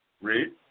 Read